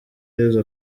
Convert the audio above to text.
yezu